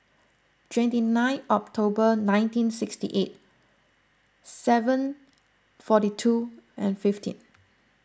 twenty nine October nineteen sixty eight seven forty two and fifteen